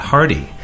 Hardy